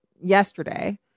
yesterday